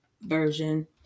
version